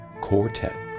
Quartet